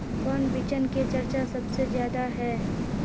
कौन बिचन के चर्चा सबसे ज्यादा है?